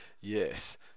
Yes